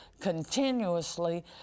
continuously